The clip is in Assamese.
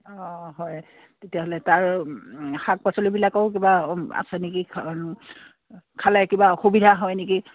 অঁ হয় তেতিয়াহ'লে তাৰ শাক পাচলিবিলাকেও কিবা আছে নেকি খালে কিবা অসুবিধা হয় নেকি